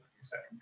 second